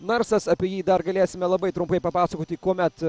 narsas apie jį dar galėsime labai trumpai papasakoti kuomet